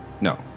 No